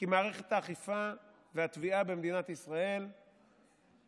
כי מערכת האכיפה והתביעה במדינת ישראל מוטה,